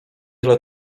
ile